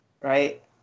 Right